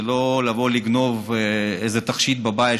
זה לא לבוא לגנוב איזה תכשיט בבית,